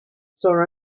saw